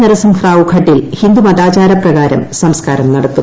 നരസിംഹറാവുഘട്ടിൽ ഹിന്ദുമതാചാര പ്രകാരം സംസ്കാരം നടത്തും